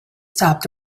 stopped